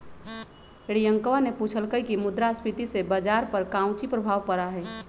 रियंकवा ने पूछल कई की मुद्रास्फीति से बाजार पर काउची प्रभाव पड़ा हई?